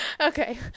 Okay